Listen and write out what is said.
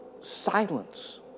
silence